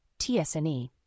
TSNE